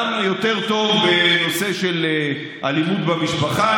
גם יהיה יותר טוב בנושא של אלימות במשפחה,